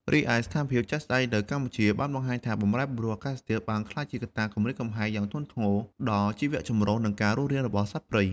រីឯ ស្ថានភាពជាក់ស្តែងនៅកម្ពុជាបានបង្ហាញថា បម្រែបម្រួលអាកាសធាតុបានក្លាយជាកត្តាគំរាមកំហែងយ៉ាងធ្ងន់ធ្ងរដល់ជីវចម្រុះ និងការរស់រានរបស់សត្វព្រៃ។